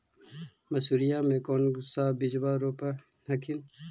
मसुरिया के कौन सा बिजबा रोप हखिन?